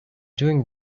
doing